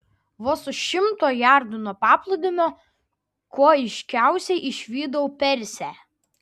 vos už šimto jardo nuo paplūdimio kuo aiškiausiai išvydau persę